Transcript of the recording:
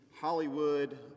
Hollywood